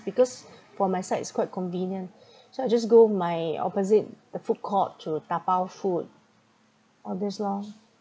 because for my side is quite convenient so I just go my opposite the food court to tapao food all this lor